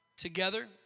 Together